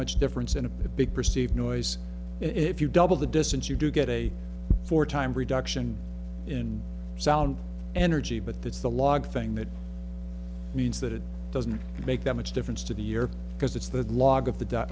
much difference in a big perceived noise and if you double the distance you do get a four time reduction in sound energy but that's the log thing that means that it doesn't make that much difference to the year because it's that log of the